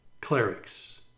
clerics